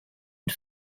and